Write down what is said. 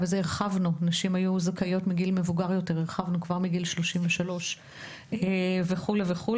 הרחבנו את זה להחל מגיל 33. ויש עוד ועוד.